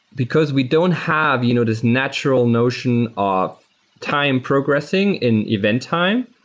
because we don't have you know this natural notion of time progressing in event time,